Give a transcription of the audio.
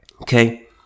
okay